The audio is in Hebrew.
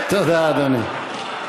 תודה, אדוני.